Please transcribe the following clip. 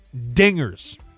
dingers